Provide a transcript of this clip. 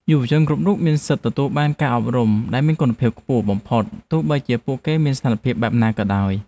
យុវជនគ្រប់រូបមានសិទ្ធិទទួលបានការអប់រំដែលមានគុណភាពខ្ពស់បំផុតទោះបីជាពួកគេមានស្ថានភាពបែបណាក៏ដោយ។